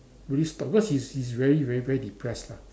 really stop because he's he's really really very depressed lah